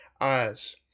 eyes